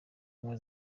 ubumwe